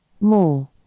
More